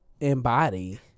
embody